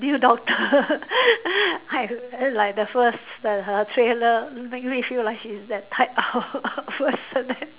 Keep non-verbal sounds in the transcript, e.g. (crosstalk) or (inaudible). new doctor (laughs) I like the first her her trailer make me feel like she's that type of (laughs) person